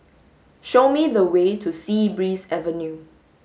show me the way to Sea Breeze Avenue